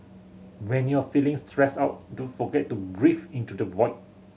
when you are feeling stressed out don't forget to breathe into the void